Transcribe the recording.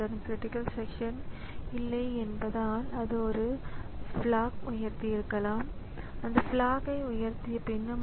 எடுத்துக்காட்டாக disk drive audio டிவைஸ்கள் video display மற்றும் ஒவ்வொரு டிவைஸ் கண்ட்ரோலுக்கும் அவற்றிற்குரிய லோக்கல் பஃபர் உள்ளது